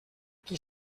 qui